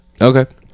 Okay